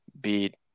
beat